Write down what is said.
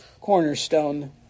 cornerstone